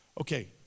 Okay